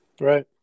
Right